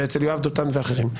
אצל יואב דותן ואחרים.